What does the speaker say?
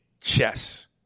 chess